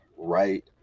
right